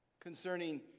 concerning